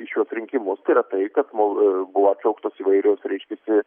į šiuos rinkimus yra tai kad mol buvo atšauktas įvairius reiškiasi